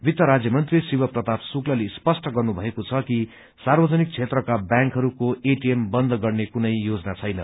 वित्त राज्य मन्त्री शिव प्रताप शुक्लाले स्पष्ट गर्नुभएको छ कि सार्वजनिक क्षेत्रका ब्यांकहरूको एटीएम बन्द गर्ने कुनै योजना छैन